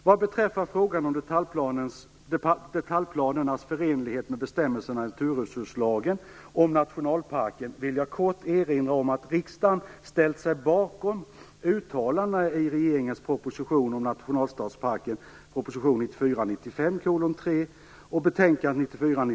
Vad beträffar frågan om detaljplanernas förenlighet med bestämmelserna i naturresurslagen om nationalstadsparken vill jag kort erinra om att riksdagen ställt sig bakom uttalandena i regeringens proposition om nationalstadsparken .